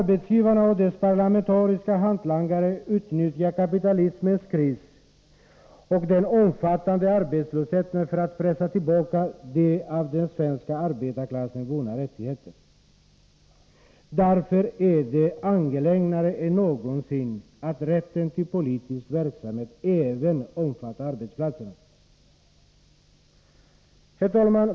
Arbetsgivarna och deras parlamentariska hantlangare utnyttjar kapitalismens kris och den omfattande arbetslösheten för att pressa tillbaka de av den svenska arbetarklassen vunna rättigheterna. Därför är det mera angeläget än någonsin att rätten till politisk verksamhet även omfattar arbetsplatserna. Herr talman!